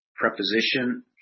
preposition